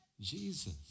Jesus